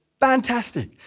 fantastic